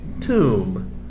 tomb